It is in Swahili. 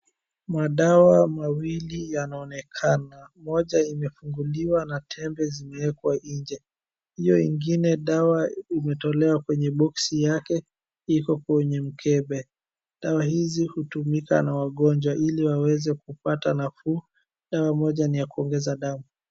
Madawa mawili yanaonekana, moja imefunguliwa na tembe zimeekwa nje. Hio ingine dawa imetolewa kwenye box yake, iko kwenye mkebe. Dawa hizi hutumika na wagonjwa ili waweze kupata nafuu. Dawa moja ni ya kuongeza damu.